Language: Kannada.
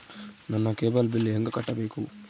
ನನ್ನ ಕೇಬಲ್ ಬಿಲ್ ಹೆಂಗ ಕಟ್ಟಬೇಕು?